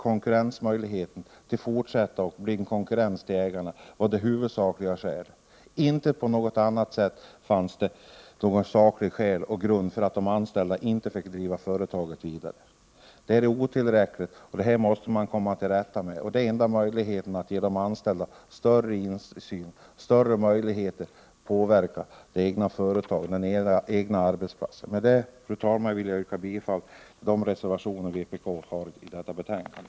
Risken för att företaget skulle bli en konkurrent till ägarna var det huvudsakliga skälet. Det fanns inte några sakliga skäl eller grunder för att de anställda inte fick driva företaget vidare. Detta är otillständigt, och man måste komma till rätta med det. Det enda sättet är att ge de anställda större insyn och större möjligheter att påverka det egna företaget och den egna arbetsplatsen. Med det, fru talman, vill jag yrka bifall till vpk:s reservationer till detta betänkande.